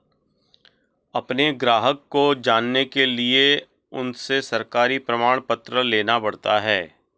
अपने ग्राहक को जानने के लिए उनसे सरकारी प्रमाण पत्र लेना पड़ता है